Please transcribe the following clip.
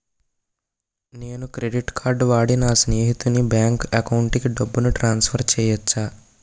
నేను credit card వాడి నా స్నేహితుని బ్యాంక్ అకౌంట్ కి డబ్బును ట్రాన్సఫర్ చేయచ్చా?